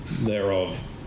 thereof